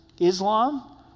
Islam